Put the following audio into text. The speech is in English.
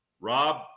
Rob